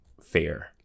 fair